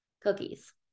Cookies